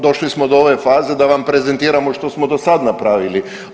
Došli smo do ove faze da vam prezentiramo što smo do sad napravili.